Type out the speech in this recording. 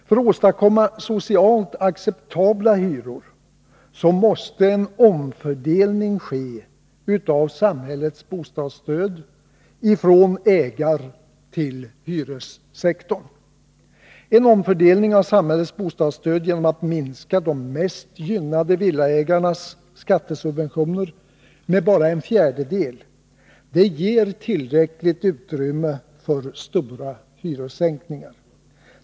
För att åstadkomma socialt acceptabla hyror måste en omfördelning ske av samhällets bostadsstöd, från ägartill hyressektorn. En omfördelning av samhällets bostadsstöd genom att minska de mest gynnade villaägarnas skattesubventioner med bara en fjärdedel ger tillräckligt utrymme för stora hyressänkningar.